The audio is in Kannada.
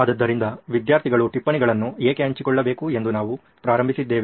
ಆದ್ದರಿಂದ ವಿದ್ಯಾರ್ಥಿಗಳು ಟಿಪ್ಪಣಿಗಳನ್ನು ಏಕೆ ಹಂಚಿಕೊಳ್ಳಬೇಕು ಎಂದು ನಾವು ಪ್ರಾರಂಭಿಸಿದ್ದೇವೆ